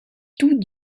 tout